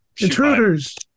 Intruders